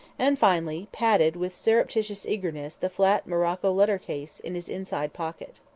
and finally patted with surreptitious eagerness the flat morocco letter case in his inside pocket.